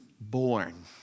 born